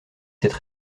cette